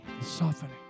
softening